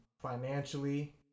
financially